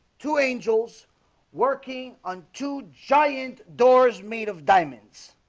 two angels working on two giant doors made of diamonds